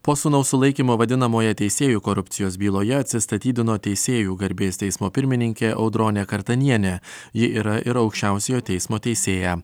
po sūnaus sulaikymo vadinamojoje teisėjų korupcijos byloje atsistatydino teisėjų garbės teismo pirmininkė audronė kartanienė ji yra ir aukščiausiojo teismo teisėja